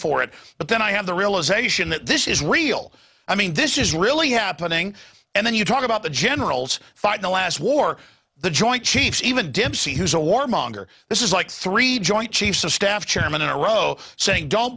for it but then i have the realisation that this is real i mean this is really happening and then you talk about the generals fighting the last war the joint chiefs even dempsey who's a war monger this is like three joint chiefs of staff chairman in a row saying don't